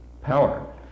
power